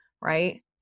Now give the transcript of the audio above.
right